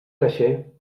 caixer